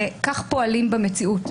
וכך גם פועלים במציאות.